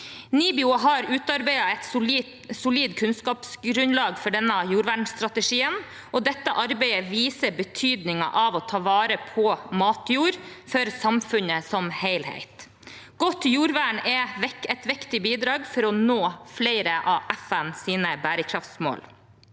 NIBIO har utarbeidet et solid kunnskapsgrunnlag for denne jordvernstrategien, og dette arbeidet viser betydningen av å ta vare på matjord for samfunnet som helhet. Godt jordvern er et viktig bidrag for å nå flere av FNs bærekraftsmål.